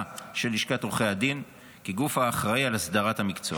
של לשכת עורכי הדין כגוף האחראי על הסדרת המקצוע.